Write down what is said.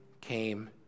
came